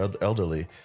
elderly